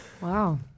Wow